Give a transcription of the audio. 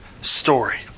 story